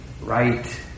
right